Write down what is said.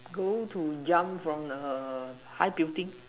go to jump from a high building